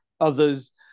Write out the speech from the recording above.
others